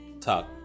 talk